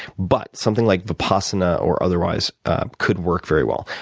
but something like vipassana or otherwise could work very well.